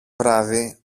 βράδυ